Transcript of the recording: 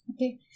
Okay